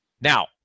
now